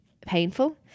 painful